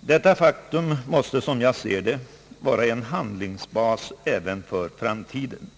Detta faktum måste enligt min uppfattning vara en handlingsbas även för framtiden.